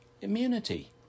immunity